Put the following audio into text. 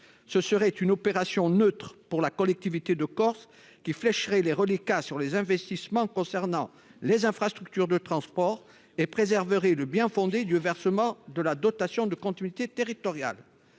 ce serait une opération neutre pour la collectivité de Corse qui flèche les reliquats sur les investissements concernant les infrastructures de transport et préserverait le bien-fondé du versement de la dotation de continuité territoriale,